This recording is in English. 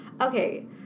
Okay